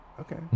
okay